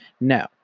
No